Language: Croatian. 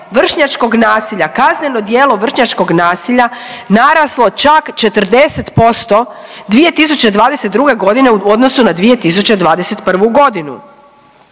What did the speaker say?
vršnjačkog nasilja, kazneno djelo vršnjačkog nasilja naraslo čak 40% 2022. godine u odnosu na 2021. godinu.